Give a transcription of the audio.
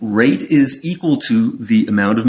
rate is equal to the amount of